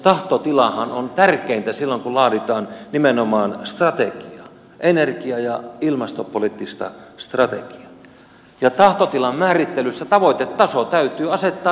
tahtotilahan on tärkeintä silloin kun laaditaan nimenomaan strategiaa energia ja ilmastopoliittista strategiaa ja tahtotilan määrittelyssä tavoitetaso täytyy asettaa riittävän korkealle